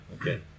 okay